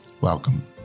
Welcome